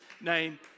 name